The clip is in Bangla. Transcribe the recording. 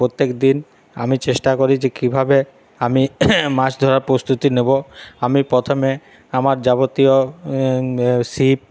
প্রত্যেকদিন আমি চেষ্টা করি যে কিভাবে আমি মাছ ধরার প্রস্তুতি নেবো আমি প্রথমে আমার যাবতীয় সিপ